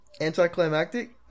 anticlimactic